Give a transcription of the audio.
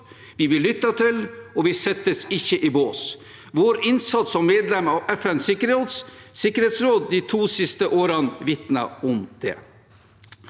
vi blir lyttet til, og vi settes ikke i bås. Vår innsats som medlem av FNs sikkerhetsråd de to siste årene vitner om det.